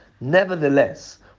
Nevertheless